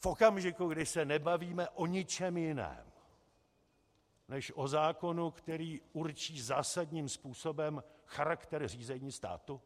V okamžiku, kdy se nebavíme o ničem jiném než o zákonu, který určí zásadním způsobem charakter řízení státu?